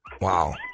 Wow